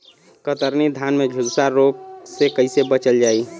कतरनी धान में झुलसा रोग से कइसे बचल जाई?